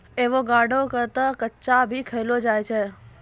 avocado क तॅ कच्चा भी खैलो जाय छै